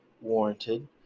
warranted